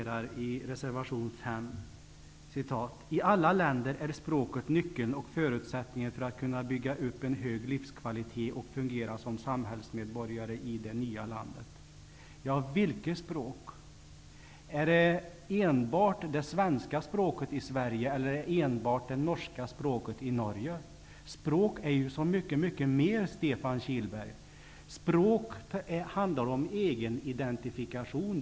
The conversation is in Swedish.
Man skriver i reservation 5: ''I alla länder är språket nyckeln och förutsättningen för att kunna bygga upp en hög livskvalitet och fungera som samhällsmedborgare i det nya landet.'' Vilket språk? Är det enbart det svenska språket i Sverige eller enbart det norska språket i Norge? Språk är så mycket mer, Stefan Kihlberg. Språk handlar om egenidentifikation.